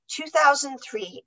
2003